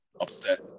upset